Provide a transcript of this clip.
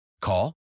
Call